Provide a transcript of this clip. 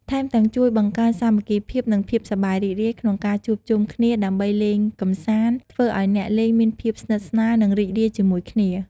ថែមទាំង ជួយបង្កើនសាមគ្គីភាព និងភាពសប្បាយរីករាយ ក្នុងការជួបជុំគ្នាដើម្បីលេងកម្សាន្ត ធ្វើឱ្យអ្នកលេងមានភាពស្និទ្ធស្នាល និងរីករាយជាមួយគ្នា។